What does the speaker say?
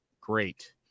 great